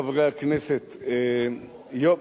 חברי חברי הכנסת, יום,